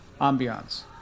ambiance